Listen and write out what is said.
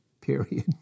Period